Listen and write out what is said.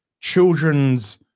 children's